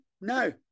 no